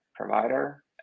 Provider